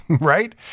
Right